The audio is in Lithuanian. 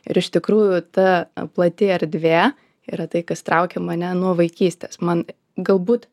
ir iš tikrųjų ta plati erdvė yra tai kas traukia mane nuo vaikystės man galbūt